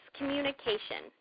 communication